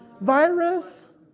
Virus